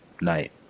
night